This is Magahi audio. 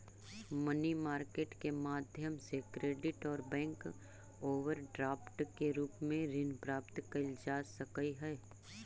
मनी मार्केट के माध्यम से क्रेडिट और बैंक ओवरड्राफ्ट के रूप में ऋण प्राप्त कैल जा सकऽ हई